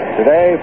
Today